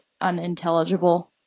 unintelligible